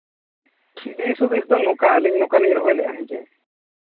ᱫᱤᱥ ᱦᱩᱫᱤᱥ ᱫᱚ ᱱᱚᱝᱠᱟ ᱟᱹᱞᱤᱧ ᱱᱚᱝᱠᱟ ᱞᱤᱧ ᱨᱚᱦᱚᱭᱞᱮᱫᱼᱟ ᱦᱮᱸᱥᱮ